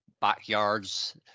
backyards